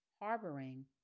harboring